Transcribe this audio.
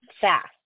fast